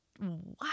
Wow